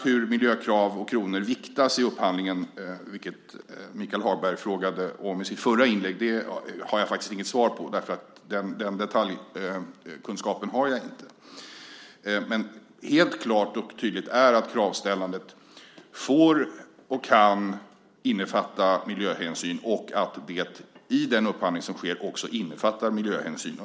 Hur miljökrav och kronor sedan viktas vid upphandlingen, som Michael Hagberg frågade om i sitt förra inlägg, har jag faktiskt inget svar på därför att jag inte har den detaljkunskapen. Men det är helt klart och tydligt att kravställandet får och kan innefatta miljöhänsyn och att den upphandling som sker också innefattar miljöhänsyn.